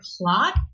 plot